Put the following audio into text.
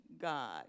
God